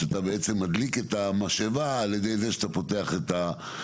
שאתה מדליק את המשאבה על ידי זה שאתה פותח את המים.